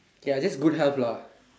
okay just good health lah